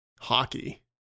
Hockey